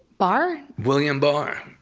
barr? william barr.